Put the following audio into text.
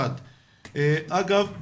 אגב,